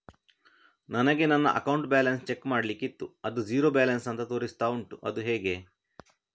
ನನಗೆ ನನ್ನ account balance check ಮಾಡ್ಲಿಕ್ಕಿತ್ತು ಅದು ಝೀರೋ ಬ್ಯಾಲೆನ್ಸ್ ಅಂತ ತೋರಿಸ್ತಾ ಉಂಟು ಅದು ಹೇಗೆ?